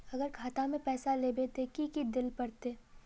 अगर खाता में पैसा लेबे ते की की देल पड़ते?